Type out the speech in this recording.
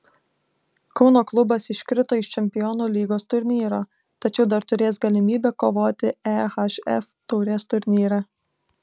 kauno klubas iškrito iš čempionų lygos turnyro tačiau dar turės galimybę kovoti ehf taurės turnyre